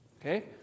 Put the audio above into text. Okay